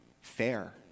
fair